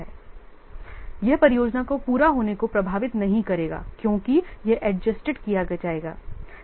इसलिए यह परियोजना के पूरा होने को प्रभावित नहीं करेगा क्योंकि यह एडजेस्टेड किया जाएगा